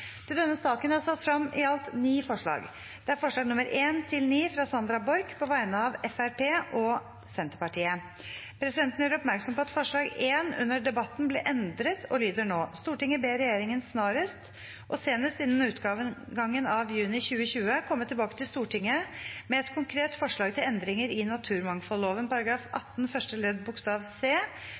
til andre gangs behandling i et senere møte i Stortinget. Under debatten er det satt frem i alt ni forslag. Det er forslagene nr. 1–9, fra Sandra Borch på vegne av Fremskrittspartiet og Senterpartiet. Presidenten gjør oppmerksom på at forslag nr. 1 under debatten ble endret og lyder nå: «Stortinget ber regjeringen snarest, og senest innen utgangen av juni 2020, komme tilbake til Stortinget med et konkret forslag til endringer i naturmangfoldloven § 18 første ledd bokstav c,